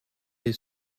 les